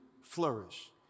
flourish